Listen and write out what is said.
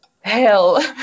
hell